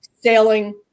sailing